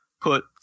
put